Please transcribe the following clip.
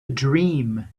dream